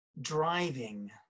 driving